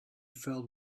felt